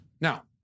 Now